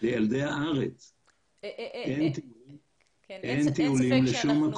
אין ספק שזה מאוד